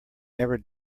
never